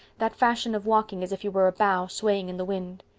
that fashion of walking as if you were a bough swaying in the wind.